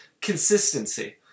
consistency